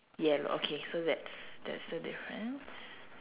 yellow okay so that's that's the difference